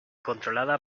controlada